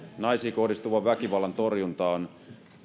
naisiin kohdistuvan väkivallan torjunta on